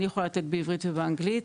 אני יכולה לתת בעברית ובאנגלית.